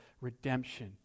redemption